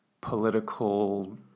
political